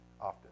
often